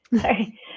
Sorry